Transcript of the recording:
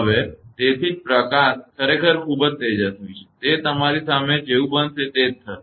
હવે તેથી જ તે પ્રકાશ ખરેખર ખૂબ તેજસ્વી છે કે તે તમારી સામે જેવું બનશે તે થશે